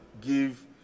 give